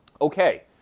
Okay